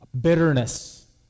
bitterness